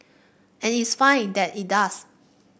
and it's fine that it does